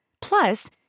Plus